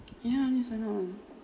you help me to sign up lah